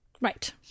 right